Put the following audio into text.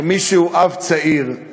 כמי שהוא אב צעיר,